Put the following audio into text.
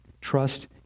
trust